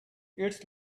its